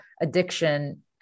addiction